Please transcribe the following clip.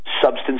substance